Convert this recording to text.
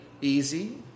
easy